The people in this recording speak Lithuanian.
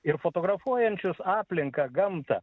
ir fotografuojančius aplinką gamtą